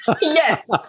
Yes